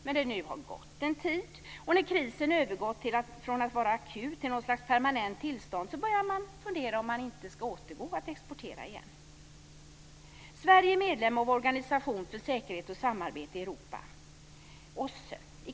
Men när det nu har gått en tid, och när krisen har övergått från att vara akut till någon sorts permanent tillstånd, börjar man fundera om man inte ska börja exportera krigsmateriel igen. Sverige är medlem av Organisationen för säkerhet och samarbete i Europa, OSSE.